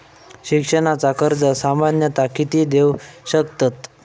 शिक्षणाचा कर्ज सामन्यता किती देऊ शकतत?